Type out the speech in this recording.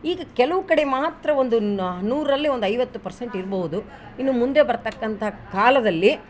ಈಗ ಕೆಲವು ಕಡೆ ಮಾತ್ರ ಒಂದು ನೂರರಲ್ಲಿ ಒಂದು ಐವತ್ತು ಪರ್ಸೆಂಟ್ ಇರ್ಬೋದು ಇನ್ನು ಮುಂದೆ ಬರ್ತಕ್ಕಂಥ ಕಾಲದಲ್ಲಿ